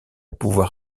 pouvoir